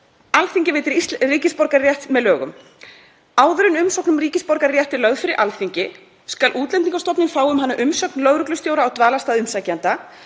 „Alþingi veitir ríkisborgararétt með lögum. Áður en umsókn um ríkisborgararétt er lögð fyrir Alþingi skal Útlendingastofnun fá um hana umsögn lögreglustjóra á dvalarstað umsækjanda.